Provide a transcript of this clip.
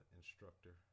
instructor